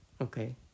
Okay